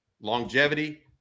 Longevity